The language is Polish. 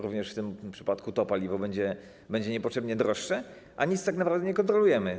Również w tym przypadku to paliwo będzie niepotrzebnie droższe, a niczego tak naprawdę nie kontrolujemy.